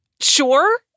Sure